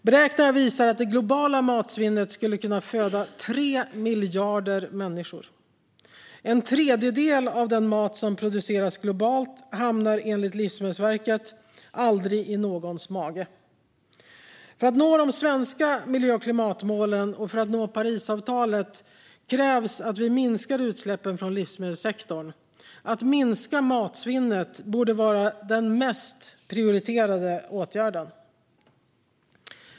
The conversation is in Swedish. Beräkningar visar att det globala matsvinnet skulle kunna föda 3 miljarder människor. En tredjedel av den mat som produceras globalt hamnar enligt Livsmedelsverket aldrig i någons mage. För att vi ska nå de svenska miljö och klimatmålen och klimatmålen i Parisavtalet krävs att vi minskar utsläppen från livsmedelssektorn. Att minska matsvinnet borde vara den mest prioriterade åtgärden.